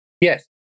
Yes